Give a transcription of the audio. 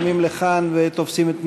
עדיין זורמים לכאן ותופסים את מקומותיהם,